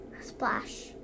Splash